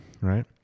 right